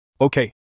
Okay